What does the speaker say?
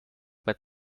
but